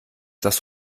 das